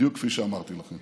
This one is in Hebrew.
בדיוק כפי שאמרתי לכם.